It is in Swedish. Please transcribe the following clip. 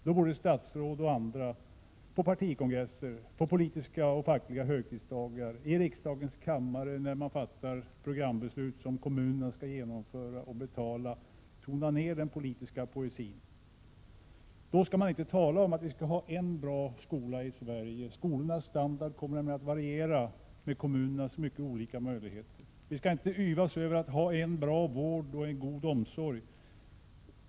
Då borde statsråd och andra på partikongresser, på politiska och fackliga högtidsdagar, i riksdagens kammare, när man fattar programbeslut som kommunerna skall genomföra och betala, tona ned den politiska poesin. Då skall man inte tala om att vi skall ha en bra skola i Sverige. Skolornas standard kommer nämligen att variera med kommunernas mycket olika möjligheter. Vi skall inte yvas över att ha en bra vård och en god omsorg.